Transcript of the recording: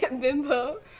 bimbo